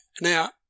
Now